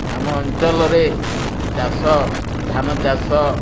ଆମ ଅଞ୍ଚଲରେ ଚାଷ ଧାନ ଚାଷ